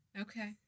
Okay